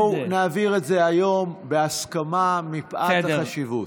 בואו, נעביר את זה היום בהסכמה, מפאת החשיבות.